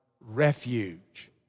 refuge